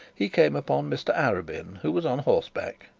he came upon mr arabin, who was on horseback.